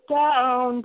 down